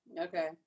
Okay